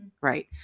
right